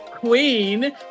Queen